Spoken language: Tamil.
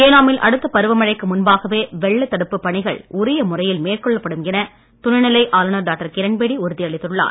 ஏனாமில் அடுத்த பருவமழைக்கு முன்பாகவே வெள்ளத் தடுப்ப பணிகள் உரிய முறையில் மேற்கொள்ளப்படும் என துணைநிலை ஆளுநர் டாக்டர் கிரண்பேடி உறுதியளித்துள்ளார்